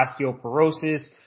osteoporosis